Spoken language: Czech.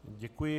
Děkuji.